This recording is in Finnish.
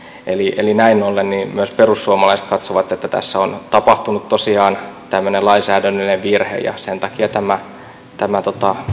eli eli näin ollen myös perussuomalaiset katsovat että tässä on tapahtunut tosiaan tämmöinen lainsäädännöllinen virhe ja sen takia tämä tämä